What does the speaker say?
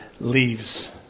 leaves